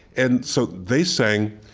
and so they sang